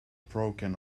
broken